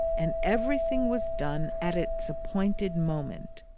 and everything was done at its appointed moment.